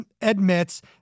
admits